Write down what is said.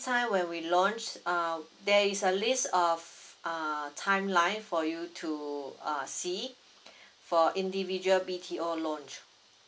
time when we launch um there is a list of err timeline for you to err see for individual B_T_O launch